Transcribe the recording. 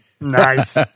Nice